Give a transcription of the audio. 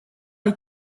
les